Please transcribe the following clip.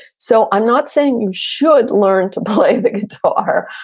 so i'm not saying you should learn to play the guitar,